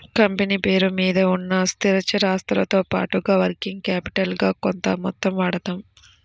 company పేరు మీద ఉన్న స్థిరచర ఆస్తులతో పాటుగా వర్కింగ్ క్యాపిటల్ గా కొంత మొత్తం వాడతాం